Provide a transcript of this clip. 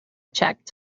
checked